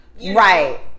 right